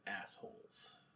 Assholes